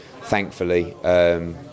thankfully